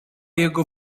jego